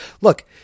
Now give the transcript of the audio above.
Look